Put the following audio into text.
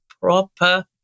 proper